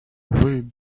wait